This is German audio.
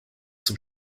zum